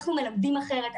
אנחנו מלמדים אחרת,